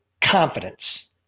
confidence